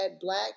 black